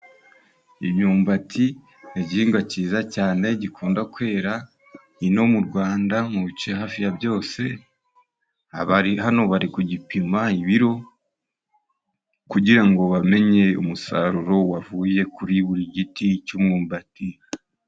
Imyumbati ni igihingwa cyiza cyane gikunda kwera ino mu Rwanda mu bice hafi ya byose. Abari hano bari kugipima ibiro kugirango ngo bamenye umusaruro wavuye kuri buri giti cy'ummbati.